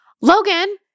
Logan